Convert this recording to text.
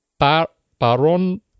paron